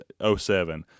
07